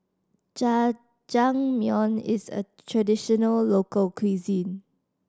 jajangmyeon is a traditional local cuisine